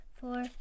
four